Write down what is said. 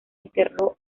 enterró